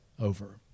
over